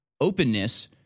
openness